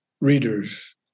readers